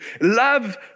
Love